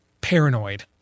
paranoid